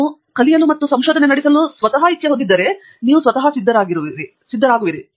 ನೀವು ಕಲಿಯಲು ಮತ್ತು ಸಂಶೋಧನೆ ನಡೆಸಲು ಇಚ್ಛೆ ಹೊಂದಿದ್ದರೆ ನೀವು ಸಿದ್ಧರಾಗಿರುವಿರಿ